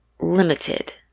limited